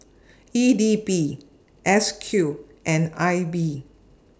E D B S Q and I B